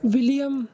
william